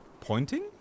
Pointing